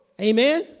Amen